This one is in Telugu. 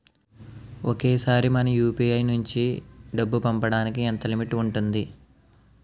ఒకేసారి మనం యు.పి.ఐ నుంచి డబ్బు పంపడానికి ఎంత లిమిట్ ఉంటుంది?